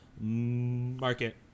market